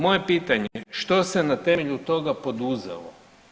Moje pitanje, što se na temelju toga poduzelo?